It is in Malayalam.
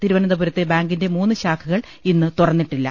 തിരുവനന്തപുരത്തെ ബാങ്കിന്റെ മൂന്ന് ശാഖകൾ ഇന്ന് തുറന്നിട്ടില്ല